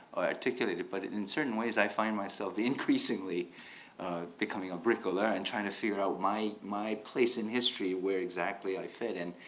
or articulate it, but in certain ways i find myself increasingly becoming a bricklayer and trying to figure out my my place in history, where exactly i fit in?